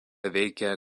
veikė